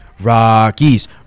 Rockies